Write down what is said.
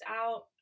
out